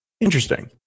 Interesting